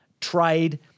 trade